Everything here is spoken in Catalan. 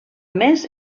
més